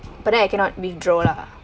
but then I cannot withdraw lah